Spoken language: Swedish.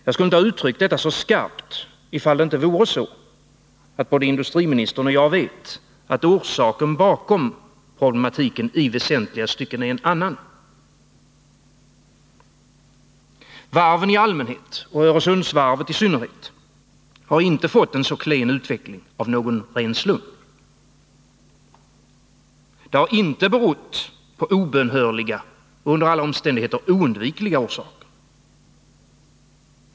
Jag skulle inte ha uttryckt detta så skarpt, ifall det inte vore så, att både industriministern och jag vet att orsaken bakom problematiken i väsentliga stycken är en annan. Varven i allmänhet och Öresundsvarvet i synnerhet har inte fått en så klen utveckling av någon ren slump. Det har inte haft obönhörliga och under alla omständigheter oundvikliga orsaker.